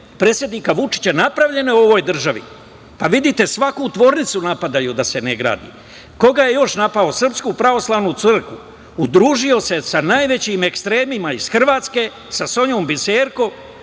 predsednika Vučića napravljeno u ovoj državi. Vidite, svaku fabriku napadaju da se ne gradi. Koga je još napao? Srpsku pravoslavnu crkvu. Udružio se sa najvećim ekstremima iz Hrvatske, sa Sonjom Biserko,